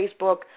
Facebook